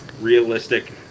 Realistic